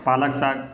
palak saag